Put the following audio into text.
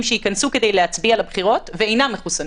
שייכנסו כדי להצביע לבחירות ואינם מחוסנים.